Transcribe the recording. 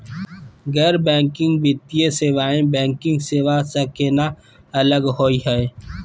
गैर बैंकिंग वित्तीय सेवाएं, बैंकिंग सेवा स केना अलग होई हे?